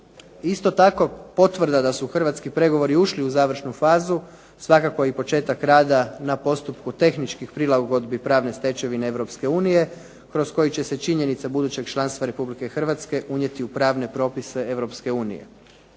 Isto tako, potvrda da su hrvatski pregovori ušli u završnu fazu svakako je i početak rada na postupku tehničkih prilagodbi pravne stečevine Europske unije kroz koji će se činjenice budućeg članstva Republike Hrvatske unijeti u pravne propise